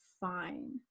fine